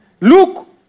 Look